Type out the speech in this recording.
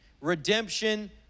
redemption